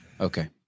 Okay